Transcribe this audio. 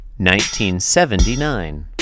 1979